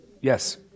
Yes